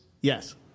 Yes